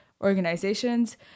organizations